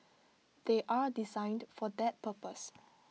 they are designed for that purpose